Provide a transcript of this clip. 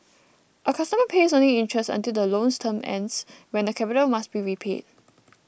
a customer pays only interest until the loan's term ends when the capital must be repaid